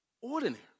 ordinary